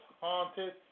haunted